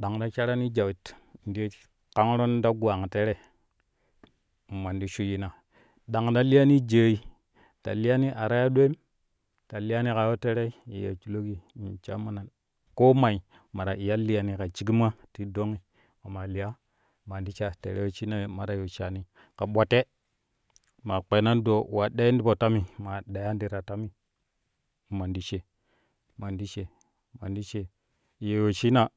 dang ta sharono jawit in kangron ta gwang liyani a ta ya dooi ta liyani kaa wo terei ye shuloƙki in sha ko mai ma ta iya liyani ka shikona don mamaliya man ti sha tere wesshina ye ma ta yila shaani ka bwatte maa kpɛɛnan doo uwa ɗeen ti po tami maa ɗeeyan ti ta tami man ti she man ti she ye wesshina.